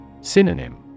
Synonym